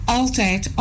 altijd